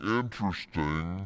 interesting